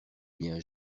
bien